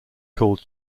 called